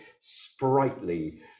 sprightly